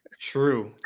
true